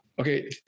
Okay